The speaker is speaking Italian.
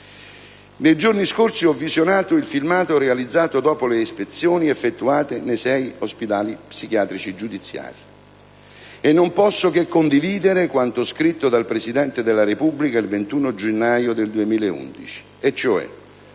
Nei giorni scorsi ho visionato il filmato realizzato dopo le ispezioni effettuate nei sei ospedali psichiatrici giudiziari, e non posso che condividere quanto scritto dal Presidente della Repubblica il 21 gennaio 2011, e cioè: